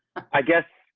i guess.